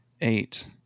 eight